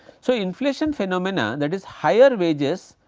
so, inflation phenomena that is higher wages,